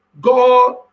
God